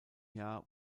jahr